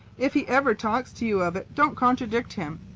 if he ever talks to you of it, don't contradict him.